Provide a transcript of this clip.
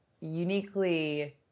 uniquely